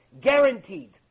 guaranteed